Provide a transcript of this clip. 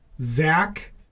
Zach